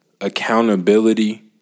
Accountability